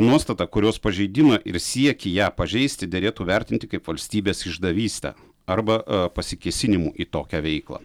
nuostata kurios pažeidimą ir siekį ją pažeisti derėtų vertinti kaip valstybės išdavystę arba pasikėsinimu į tokią veiklą